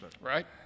right